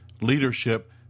leadership